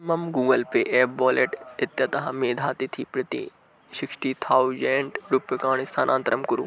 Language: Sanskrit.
मम गूगल् पे एप् बोलेट् इत्यतः मेधातिथिं प्रति सिक्स्टि थौज़ण्ड् रूप्यकाणि स्थानान्तरं कुरु